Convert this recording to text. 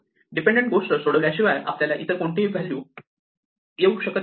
dependent गोष्टी सोडविल्या शिवाय आपल्याला इतर कोणतीही व्हॅल्यू येऊ शकत नाही